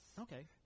Okay